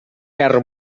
guerra